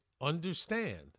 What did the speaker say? understand